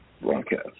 broadcast